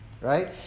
Right